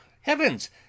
heavens